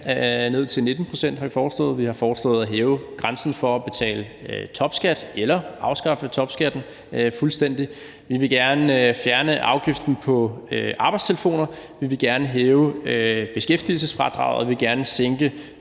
ned til 19 pct. har vi foreslået. Vi har foreslået at hæve grænsen for at betale topskat eller afskaffe topskatten fuldstændig, vi vil gerne fjerne afgiften på arbejdstelefoner, vi vil gerne hæve beskæftigelsesfradraget, vi vil gerne sænke